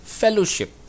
fellowship